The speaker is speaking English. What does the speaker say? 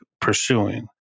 pursuing